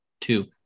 two